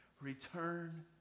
Return